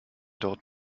dort